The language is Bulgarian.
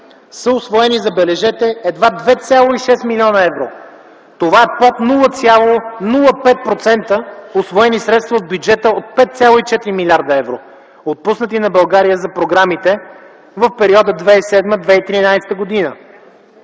са усвоени, забележете, едва 2,6 млн. евро, което е под 0,05 % усвоени средства от бюджета от 55,4 млрд. евро, отпуснати на България за програмите в периода 2007 - 2013 г.